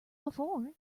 before